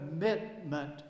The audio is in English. commitment